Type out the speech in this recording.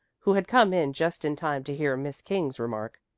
who had come in just in time to hear miss king's remark.